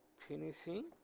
finishing